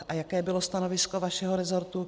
A jaké bylo stanovisko vašeho resortu?